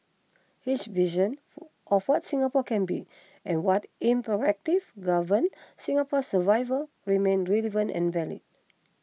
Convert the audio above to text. his vision of what Singapore can be and what imperatives govern Singapore's survival remain relevant and valid